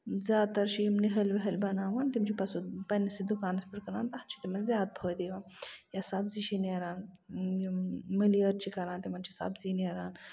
زیادٕ تَر چھِ یِم نِہٲلۍ وِہٲلۍ بَناوان تِم چھِ پَتہٕ سُہ پَنٕنِسٕے دُکانَس پٮ۪ٹھ کٕنان اَتھ چھُ تِمن زیادٕ فٲیدٕ یِوان یا سَبزی چھِ نیران یِم مٔلی یٲر چھِ کران تِمَن چھِ سَبزی نیران